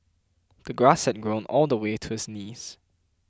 the grass had grown all the way to his knees